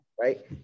right